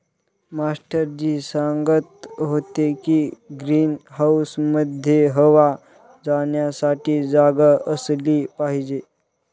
master ji सांगत होते की ग्रीन हाऊसमध्ये हवा जाण्यासाठी जागा असली पाहिजे